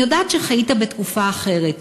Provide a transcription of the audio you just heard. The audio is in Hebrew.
אני יודעת שחיית בתקופה אחרת,